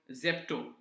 Zepto